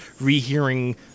rehearing